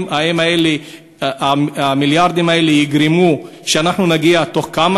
האם המיליארדים האלה יגרמו שאנחנו נגיע בתוך כמה